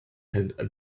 had